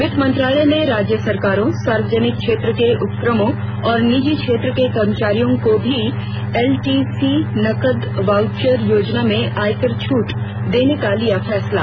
वित्त मंत्रालय ने राज्य सरकारों सार्वजनिक क्षेत्र के उपक्रमों और निजी क्षेत्र के कर्मचारियों को भी एलटीसी नकद वाउचर योजना में आयकर छूट देने का लिया फैसला